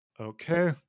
okay